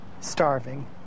starving